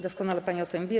Doskonale pani o tym wie.